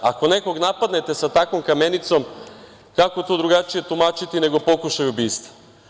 Ako nekog napadnete takvom kamenicom kako to drugačije tumačiti nego pokušaj ubistva?